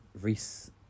Reese